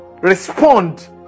respond